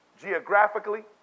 geographically